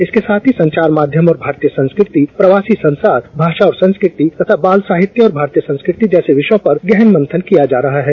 इसके साथ ही संचार माध्यम और भारतीय संस्कृति प्रवासी जगतः भाषा और संस्कृति तथा हिन्दी बाल साहित्य और भारतीय संस्कृति विषयों पर गहन मंथन किया जा रहा है